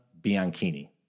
Bianchini